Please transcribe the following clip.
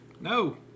No